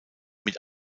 mit